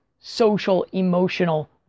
social-emotional